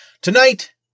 Tonight